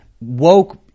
woke